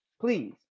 please